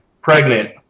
pregnant